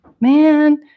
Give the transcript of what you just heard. man